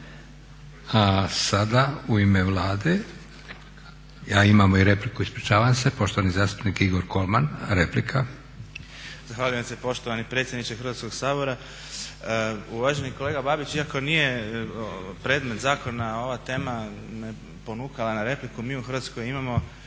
Sada u ime Vlade, imamo i repliku, ispričavam se. Poštovani zastupnik Igor Kolman, replika. **Kolman, Igor (HNS)** Zahvaljujem se poštovani predsjedniče Hrvatskog sabora. Uvaženi kolega Babić, iako nije predmet zakona ova tema me ponukala na repliku. Mi u Hrvatskoj imamo